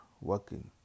working